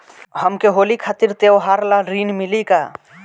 हमके होली खातिर त्योहार ला ऋण मिली का?